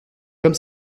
comme